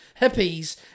hippies